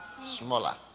Smaller